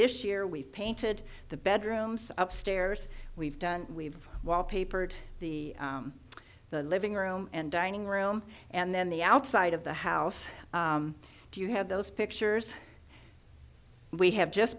this year we've painted the bedrooms up stairs we've done we've wallpapered the the living room and dining room and then the outside of the house do you have those pictures we